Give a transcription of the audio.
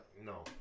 No